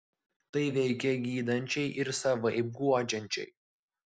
tai veikia gydančiai ir savaip guodžiančiai